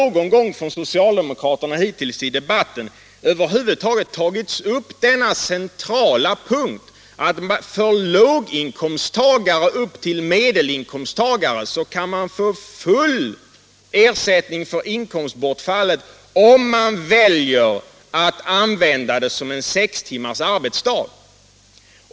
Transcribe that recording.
Socialdemokraterna har hittills i debatten över huvud taget inte någon gång tagit upp denna centrala punkt, nämligen att låginkomsttagare och medelinkomsttagare kan få full ersättning för inkomstbortfall om de väljer alternativet med sex timmars arbetsdag.